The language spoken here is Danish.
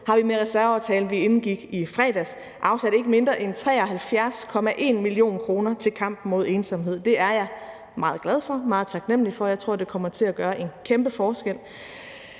har vi med reserveaftalen, vi indgik i fredags, afsat ikke mindre end 73,1 mio. kr. til kamp mod ensomhed. Det er jeg meget glad for og meget taknemlig for, og jeg tror, at det kommer til at gøre en kæmpe forskel.